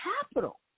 capital